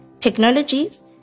technologies